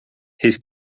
his